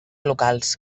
locals